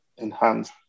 enhance